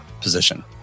position